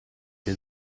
che